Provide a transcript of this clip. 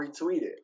retweeted